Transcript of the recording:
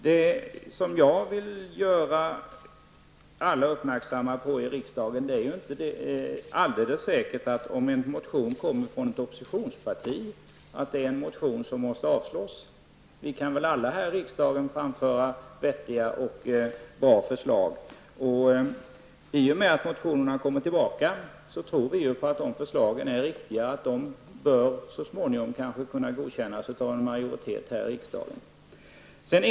Jag vill göra alla i riksdagen uppmärksamma på att det inte är helt säkert att en motion måste avslås därför att den kommer från ett oppositionsparti. Vi kan väl alla här i riksdagen framföra vettiga och bra förslag. I och med att motionerna har kommit tillbaka tror vi att förslagen är riktiga och att de så småningom bör kunna godkännas av en majoritet i riksdagen.